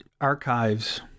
Archives